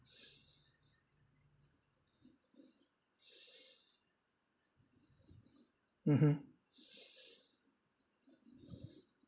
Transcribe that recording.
mmhmm